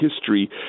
history